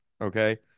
Okay